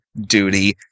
duty